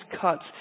cuts